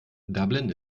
dublin